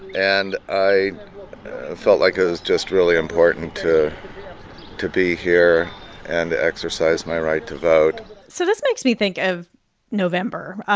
and i felt like it was just really important to to be here and to exercise my right to vote so this makes me think of november.